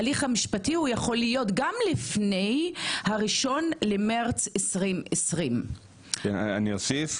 הליך המשפטי יכול להיות גם לפני ה- 1 למרץ 2020. אני אוסיף,